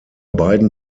beiden